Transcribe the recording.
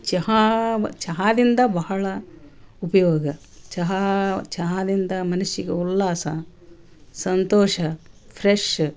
ಚಹಾ ಚಹಾದಿಂದ ಬಹಳ ಉಪಯೋಗ ಚಹಾ ಚಹಾದಿಂದ ಮನಷ್ಯನಿಗೂ ಉಲ್ಲಾಸ ಸಂತೋಷ ಫ್ರೆಶ್